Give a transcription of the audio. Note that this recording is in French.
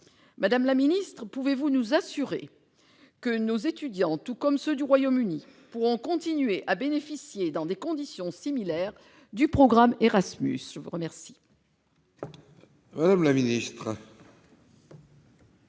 Madame la ministre, pouvez-vous nous assurer que nos étudiants, tout comme ceux du Royaume-Uni, pourront continuer à bénéficier dans des conditions similaires du programme Erasmus ? La parole est à Mme la ministre.